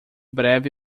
breve